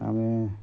আমি